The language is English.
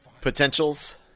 potentials